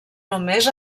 només